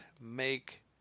make